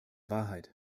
wahrheit